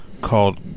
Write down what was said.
called